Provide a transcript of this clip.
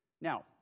Now